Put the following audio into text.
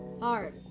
Hard